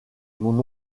mon